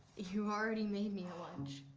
you already made me ah lunch.